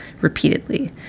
repeatedly